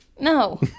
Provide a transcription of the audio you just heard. no